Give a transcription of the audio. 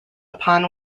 upon